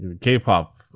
K-pop